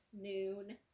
noon